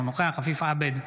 אינו נוכח עפיף עבד,